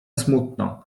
smutno